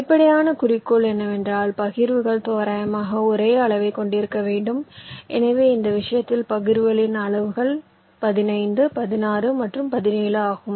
வெளிப்படையான குறிக்கோள் என்னவென்றால் பகிர்வுகள் தோராயமாக ஒரே அளவைக் கொண்டிருக்க வேண்டும் எனவே இந்த விஷயத்தில் பகிர்வுகளின் அளவுகள் 15 16 மற்றும் 17 ஆகும்